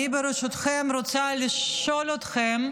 ברשותכם אני רוצה לשאול אתכם,